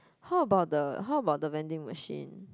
how about the how about the vending machine